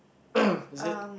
is it